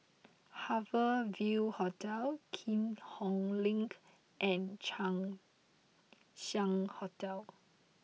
Harbour Ville Hotel Keat Hong Link and Chang Ziang Hotel